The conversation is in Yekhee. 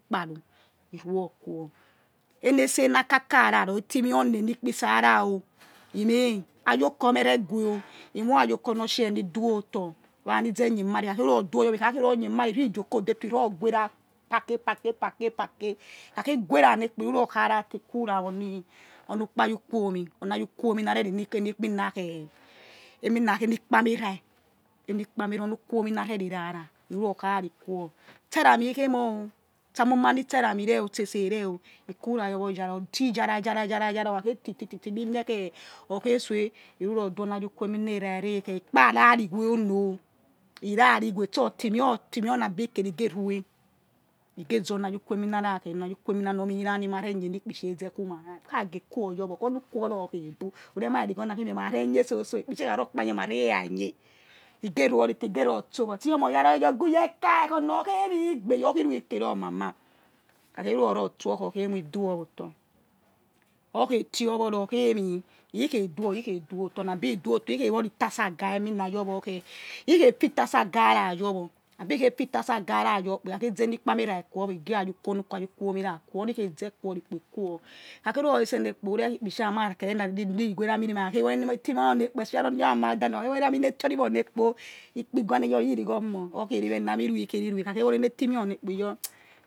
Kpare ke̱ ruon khuo̱ ene̱ ese na kaka ra roi otome or ne̱ eni ikpi isa rao he̱ meh aji o̱ oko̱ me̱h re̱h guwe o̱ he̱ moi ayi oko nor shere ni do otor kha ni tse niyemare ke kha khe ruror duo yorwor wa nitsa niyemame ne joko detor guvera kpaike̱ kpaike kpaike̱ he kha khe gu wehra nekpo iruror kharakpo ikura ami ukpayi ukuomi oni ayi ukuomi na̱ re reh eni emi nakhei emina khe enikpamead enikpamera oni ukuomi na rẹry ra ra ne nu rur khari quor ste erami ri khe mor o ste omi amuma nitse̱ erami rer o̱ ste ese rer o̱ kura your wor eya or ti ya ra yara yara okhakei titititi ni meh khe okhe soẹ he ru ror du̱ oni ayikwe enmi na era re ikparari weh uno̱ o̱ he ra̱ ri weh stor ti meh o na be kherehe ghe ruwe he ghe ki oni ayi ukuwe eminara ni mukpicha eza ku ma kha ghe quo̱ your o̱ onu khu or ra okhei gbu̱ ureh ma irigho na kha ghe quo your o̱ onu khu or ra okhei gbu̱ ureh ma irigho na khei meie ma re nye mara ma rii era oye ne ghe rue ri teh ne ghe ror stor wo iyomah or ri oyomgu ye kai onor okhei mi gbe your khi iri kero mama ikhakhe ru ror ror stor or okhes ni iduwotor okhei ti owor ror okhei gbu̱ ureh ma irigho na fhei meie ma re nye sotso ikpi sha ekha rokpa nye mare ma rii era oye he ghe ru o ri teh ne ghe ror stor wo iyomah or ri oyomgu ye kai onor okhei ma gbe your khi iri kero mama ikhakhe ru ror ror stor okhes mi iduowotor okhei ti owor ror okhei ni he khei du or ikheidor otor he̱ khewori tasa ga emina your wo khei he khei fi tase gaira your wor abi khei fitasa ga ra your wor abi khie fitasa ga i ra your wor ikhakhei zeni ikpanierah quwo wor he̱ giah or ni ayi uguwo mi ra oni khei ze kuworikpo he quo hẹ kha kheiruror resene kpo ure khi ikpisha ma ke re na ni irighori enamire̱ ma kha khe na ne eni eti ma nor neh expecially oni iyior we̱ amanda na or kha rore ene ti or ri wor nekpor ikpi guwa neh your wor oni irighor mor okhe ri weh na meh he ri khei ri ra he kha kho vori enetime wor nekpo iyor